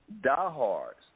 diehards